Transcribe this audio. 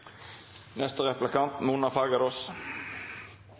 Neste replikant